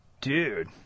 Dude